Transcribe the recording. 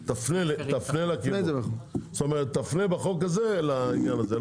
תפנה בחוק הזה לעניין הזה.